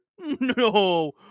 No